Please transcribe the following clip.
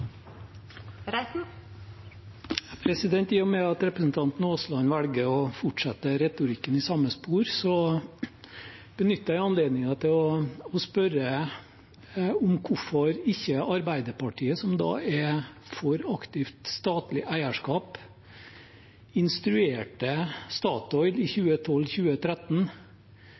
I og med at representanten Aasland velger å fortsette retorikken i samme spor, benytter jeg anledningen til å spørre om hvorfor ikke Arbeiderpartiet, som er for aktivt statlig eierskap, instruerte Statoil i